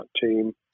team